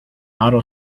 auto